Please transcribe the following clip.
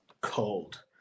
cold